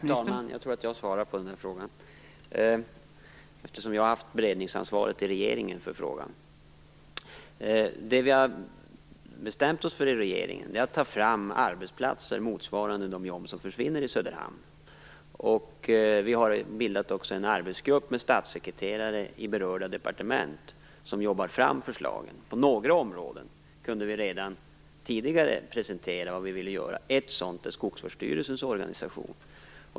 Herr talman! Jag svarar på den här frågan eftersom jag har haft beredningsansvaret i regeringen. Det vi har bestämt oss för i regeringen är att ta fram arbetsplatser motsvarande de jobb som försvinner i Söderhamn. Vi har också bildat en arbetsgrupp med statssekreterare i berörda departement som arbetar fram förslagen. På några områden kunde vi redan tidigare presentera vad vi ville göra. Ett sådan är Skogsvårdsstyrelsens organisation.